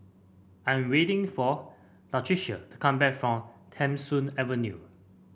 I am waiting for Latricia to come back from Tham Soong Avenue